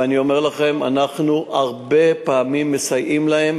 ואני אומר לכם, הרבה פעמים אנחנו מסייעים להם.